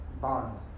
bond